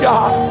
God